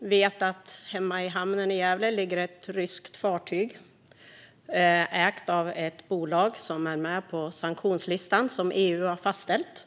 och vi vet att det hemma i hamnen i Gävle just nu ligger ett ryskt fartyg ägt av ett bolag som är med på den sanktionslista som EU har fastställt.